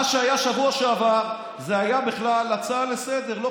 מה שהיה בשבוע שעבר היה בכלל הצעה לסדר-היום,